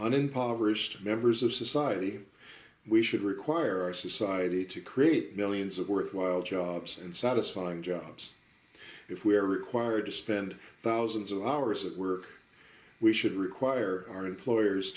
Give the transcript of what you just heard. impoverished members of society we should require our society to create millions of worthwhile jobs and satisfying jobs if we are required to spend thousands of hours at work we should require our employers